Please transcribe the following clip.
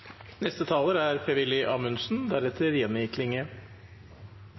neste taler er